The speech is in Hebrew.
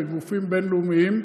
וגופים בין-לאומיים,